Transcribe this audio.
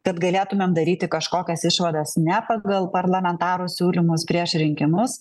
kad galėtumėm daryti kažkokias išvadas ne pagal parlamentarų siūlymus prieš rinkimus